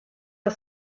are